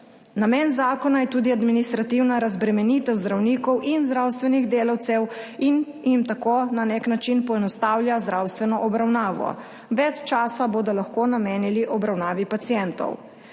Namen zakona je tudi administrativna razbremenitev zdravnikov in zdravstvenih delavcev in jim tako na nek način poenostavlja zdravstveno obravnavo, več časa bodo lahko namenili obravnavi pacientov.